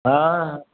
हँ